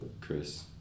Chris